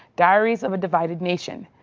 diaries of a divided nation.